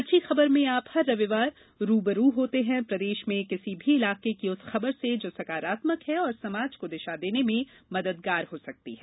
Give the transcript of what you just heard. अच्छी खबर में आप हर रविवार रू ब रू होते हैं प्रदेश के किसी भी इलाके की उस खबर से जो सकारात्मक है और समाज को दिशा देने में मददगार हो सकती है